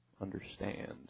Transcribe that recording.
understand